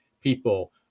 people